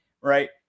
right